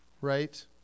right